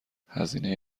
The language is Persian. هزینه